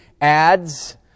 ads